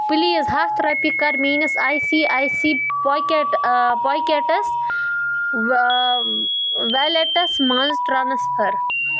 please ہتھ رۄپیہِ کر میٲنِس I C I C I pocket pockets wallets مَنٛز ٹرانسفر